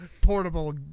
portable